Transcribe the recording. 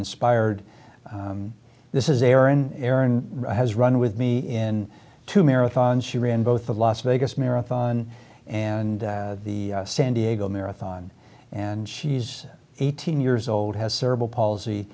inspired this is erin erin has run with me in two marathons she ran both the las vegas marathon and the san diego marathon and she's eighteen years old has cerebral palsy